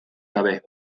gabe